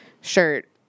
shirt